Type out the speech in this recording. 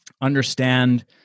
understand